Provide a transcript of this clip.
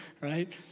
right